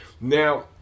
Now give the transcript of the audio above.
now